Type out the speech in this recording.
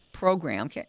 Program